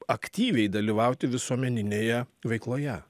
aktyviai dalyvauti visuomeninėje veikloje